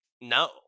no